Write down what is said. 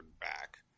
back